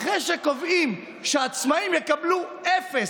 אחרי שקובעים שעצמאים יקבלו אפס,